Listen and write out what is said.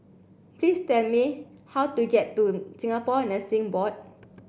please tell me how to get to Singapore Nursing Board